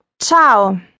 Ciao